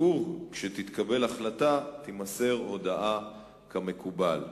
וכשתתקבל החלטה תימסר הודעה כמקובל.